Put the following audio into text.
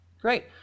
Great